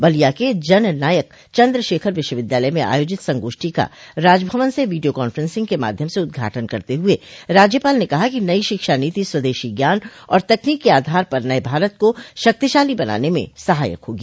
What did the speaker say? बलिया के जननायक चन्द्रशेखर विश्वविद्यालय में आयोजित संगोष्ठी का राजभवन से वीडियो कांफ्रेंसिंग के माध्यम से उद्घाटन करते हुए राज्यपाल ने कहा कि नई शिक्षा नीति स्वदेशी ज्ञान और तकनीक के आधार पर नये भारत को शक्तिशाली बनाने में सहायक होगी